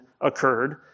occurred